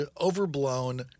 overblown